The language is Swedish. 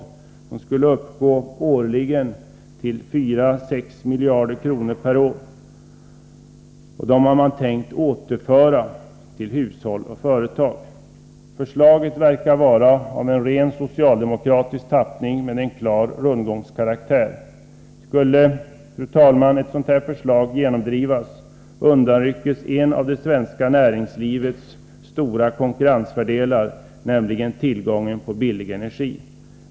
Beloppet skulle uppgå till 4-6 miljarder per år. Det beloppet har man tänkt återföra till hushåll och företag. Detta förslag verkar vara av ren socialdemokratisk tappning med klar rundgångskaraktär. Skulle, fru talman, ett sådant förslag genomdrivas, undanrycks en av det svenska näringslivets stora konkurrensfördelar, nämligen tillgång till billig energi.